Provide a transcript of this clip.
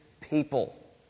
people